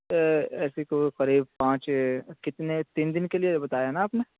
ایسی کوئی قریب پانچ کتنے تین دن کے لیے بتایا ہے نا آپ نے